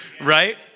Right